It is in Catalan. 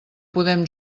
podem